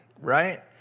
right